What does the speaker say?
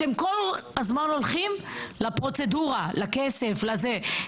אתם כל הזמן הולכים לפרוצדורה, לכסף, לזה.